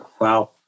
wow